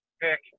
pick